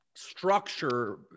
structure